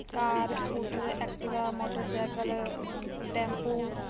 car scooter Activa motorcycle tempo